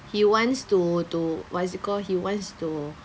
he wants to to what is it called he wants to